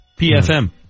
PFM